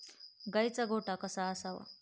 गाईचा गोठा कसा असावा?